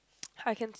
I can